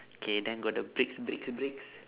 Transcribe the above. K then got the bricks bricks bricks